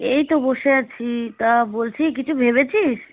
এই তো বসে আছি তা বলছি কিছু ভেবেছিস